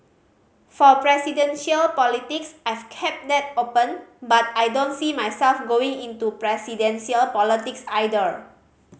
for presidential politics I've kept that open but I don't see myself going into presidential politics either